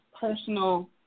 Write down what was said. personal